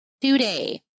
today